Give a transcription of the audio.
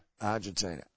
Argentina